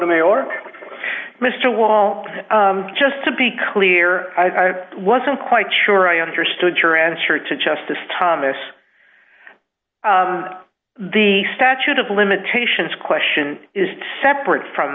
r mr wall just to be clear i wasn't quite sure i understood your answer to justice thomas the statute of limitations question is separate from